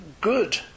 good